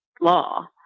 law